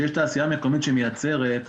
שיש תעשייה מקומית שמייצרת,